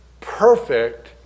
perfect